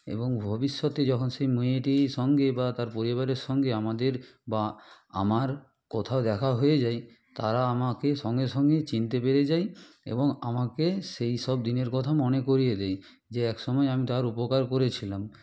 এবং ভবিষ্যতে যখন সেই মেয়েটির সঙ্গে বা তার পরিবারের সঙ্গে আমাদের বা আমার কোথাও দেখা হয়ে যায় তারা আমাকে সঙ্গে সঙ্গে চিনতে পেরে যায় এবং আমাকে সেইসব দিনের কথা মনে করিয়ে দেয় যে এক সময় আমি তার উপকার করেছিলাম